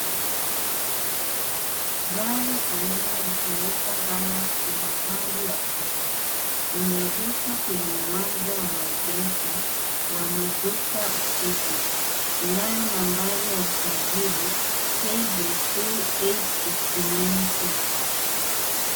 Gari aina ya Toyota Higher-ups yenye rangi ya fedha, imeegeshwa kwenye uwanja wa maegesho wa maduka usiku. Inayo nambari ya usajili KDC 869P .